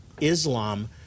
Islam